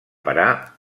parar